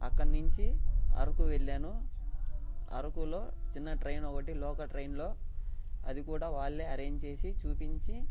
అక్కడ నుంచి అరకు వెళ్ళాను అరకులో చిన్న ట్రైన్ ఒకటి లోకల్ ట్రైన్లో అది కూడా వాళ్ళే ఆరెంజ్ చేసి చూపించి